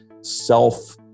self